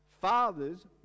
fathers